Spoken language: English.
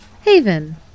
Haven